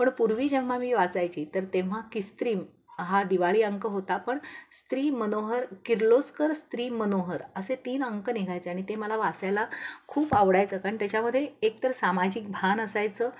पण पूर्वी जेव्हा मी वाचायची तर तेव्हा किस्त्रीम हा दिवाळी अंक होता पण स्त्री मनोहर किर्लोस्कर स्त्री मनोहर असे तीन अंक निघायचे आणि ते मला वाचायला खूप आवडायचं कारण त्याच्यामध्ये एकतर सामाजिक भान असायचं